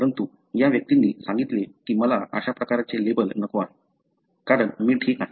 परंतु या व्यक्तींनी सांगितले की मला अशा प्रकारचे लेबल नको आहे कारण मी ठीक आहे